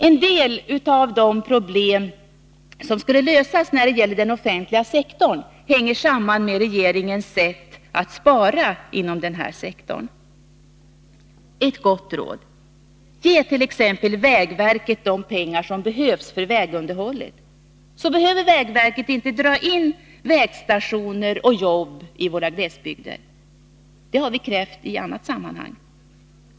En del av de problem som skulle lösas när det gäller den offentliga sektorn hänger samman med regeringens sätt att spara inom den här sektorn. Ett gott råd: Ge t.ex. vägverket de pengar som behövs för vägunderhållet, så behöver vägverket inte dra in vägstationer och jobb i våra glesbygder. Det har vi krävt i annat sammanhang.